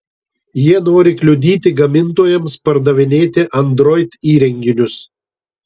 jie nori kliudyti gamintojams pardavinėti android įrenginius